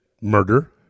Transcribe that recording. murder